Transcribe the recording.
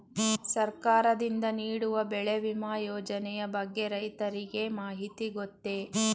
ಸರ್ಕಾರದಿಂದ ನೀಡುವ ಬೆಳೆ ವಿಮಾ ಯೋಜನೆಯ ಬಗ್ಗೆ ರೈತರಿಗೆ ಮಾಹಿತಿ ಗೊತ್ತೇ?